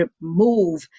move